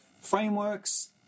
frameworks